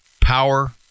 power